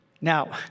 Now